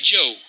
Joe